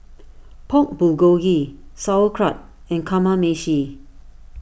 Pork Bulgogi Sauerkraut and Kamameshi